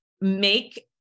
make